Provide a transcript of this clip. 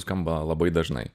skamba labai dažnai